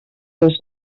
les